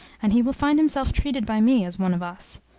and he will find himself treated by me as one of us.